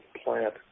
Plant